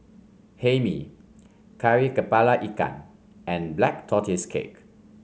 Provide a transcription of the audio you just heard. Hae Mee Kari kepala Ikan and Black Tortoise Cake